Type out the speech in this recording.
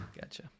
Gotcha